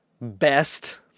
best